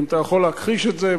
אם אתה יכול להכחיש את זה,